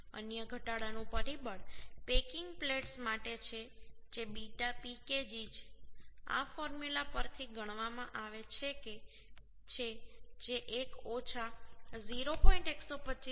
અન્ય ઘટાડાનું પરિબળ પેકિંગ પ્લેટ્સ માટે છે જે β PKg છે આ ફોર્મ્યુલા પરથી ગણવામાં આવે છે જે 1 ઓછા 0